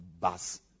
bus